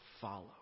follow